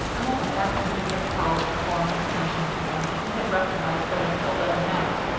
the moment after he had called the foreman's attention to them he had recognized them as hilda and max.